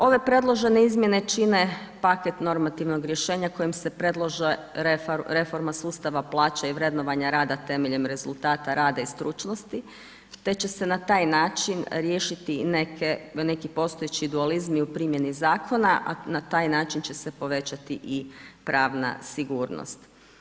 Ove predložene izmjene čine paket normativnog rješenja, kojim se predlaže reforme sustava plaća i vrednovanje rada, temeljem rezultata rada i stručnosti, te će se na taj način riješiti neki postojeći dualizmi u primjeni zakona, a na taj način će se povećati i pravna sigurnost.